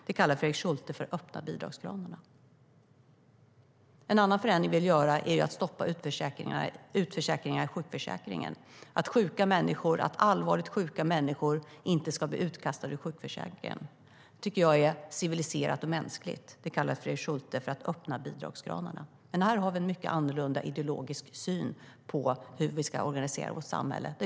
Det kallar Fredrik Schulte för att öppna bidragskranarna. En annan förändring vi vill göra är att stoppa utförsäkringarna i sjukförsäkringen. Att allvarligt sjuka människor inte ska bli utkastade ur sjukförsäkringen tycker jag är civiliserat och mänskligt. Fredrik Schulte kallar det för att öppna bidragskranarna. Vi har en mycket annorlunda ideologisk syn på hur vi ska organisera vårt samhälle.